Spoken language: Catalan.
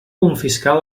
confiscar